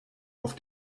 auf